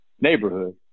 neighborhood